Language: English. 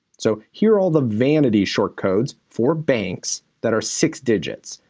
so here are all the vanity short codes for banks that are six digits.